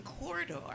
Corridor